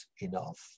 enough